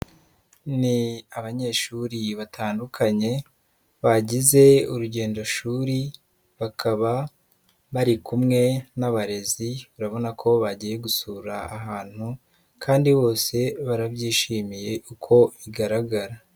Ni abanyeshuri batandukanye bagize urugendo shuri, bakaba bari kumwe n'abarezi, urabona ko bagiye gusura ahantu kandi bose barabyishimiye uko bigaragara.